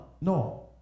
No